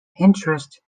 interest